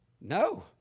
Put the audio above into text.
no